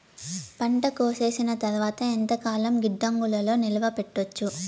పంట కోసేసిన తర్వాత ఎంతకాలం గిడ్డంగులలో నిలువ పెట్టొచ్చు?